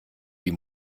die